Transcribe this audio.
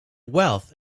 wealth